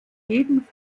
jeden